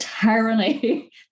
tyranny